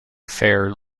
fair